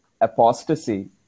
apostasy